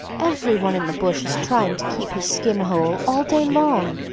everyone in the bush is trying to keep his skin whole, all day long,